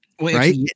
right